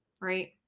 Right